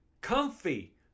comfy